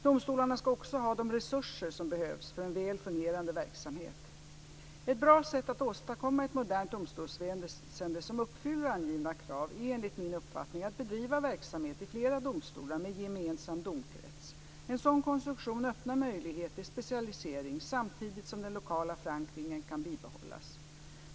Domstolarna ska också ha de resurser som behövs för en väl fungerande verksamhet. Ett bra sätt att åstadkomma ett modernt domstolsväsende som uppfyller angivna krav är enligt min uppfattning att bedriva verksamhet i flera domstolar med gemensam domkrets. En sådan konstruktion öppnar möjligheter till specialisering samtidigt som den lokala förankringen kan bibehållas.